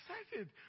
excited